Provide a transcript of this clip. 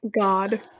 god